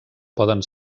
poden